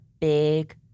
big